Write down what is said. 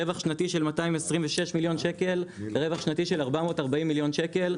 רווח שנתי של 226 מיליון שקל לרווח שנתי של 440 מיליון שקל.